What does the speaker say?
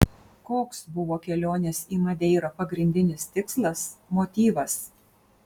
koks buvo kelionės į madeirą pagrindinis tikslas motyvas